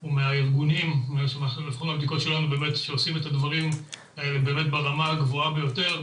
הוא מהארגונים שעושים את הדברים האלה באמת ברמה הגבוהה ביותר,